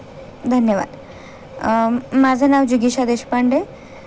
धन्यवाद माझं नाव जिगीषा देशपांडे